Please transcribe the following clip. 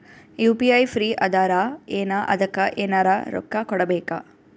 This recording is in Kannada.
ಯು.ಪಿ.ಐ ಫ್ರೀ ಅದಾರಾ ಏನ ಅದಕ್ಕ ಎನೆರ ರೊಕ್ಕ ಕೊಡಬೇಕ?